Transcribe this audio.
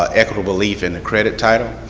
ah equitable relief in the credit title.